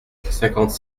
cinquante